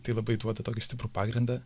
tai labai duoda tokį stiprų pagrindą